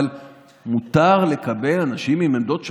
אבל מותר לקבל אנשים עם עמדות שונות.